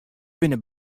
binne